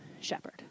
shepherd